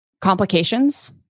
complications